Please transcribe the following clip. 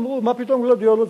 אמרו: מה פתאום גלדיולות,